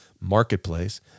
Marketplace